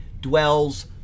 dwells